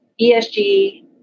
ESG